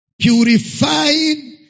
purifying